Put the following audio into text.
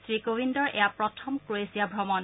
শ্ৰীকোৱিন্দৰ এয়া প্ৰথম ক্ৰ'ৱেছিয়া ভ্ৰমণ